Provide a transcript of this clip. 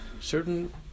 certain